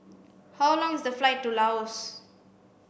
how long is the flight to Laos